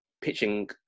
pitching